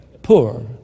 poor